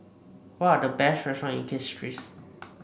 what are the best restaurant in Castries